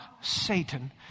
Satan